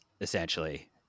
essentially